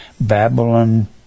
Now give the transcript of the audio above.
Babylon